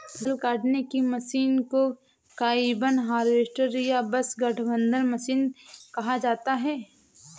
फ़सल काटने की मशीन को कंबाइन हार्वेस्टर या बस गठबंधन मशीन कहा जाता है